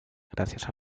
gracias